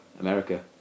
America